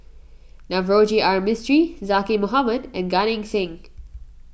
Navroji R Mistri Zaqy Mohamad and Gan Eng Seng